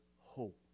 hope